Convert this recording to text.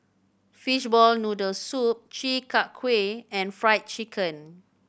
fishball noodle soup Chi Kak Kuih and Fried Chicken